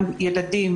אם זה ילדים,